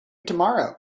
tomorrow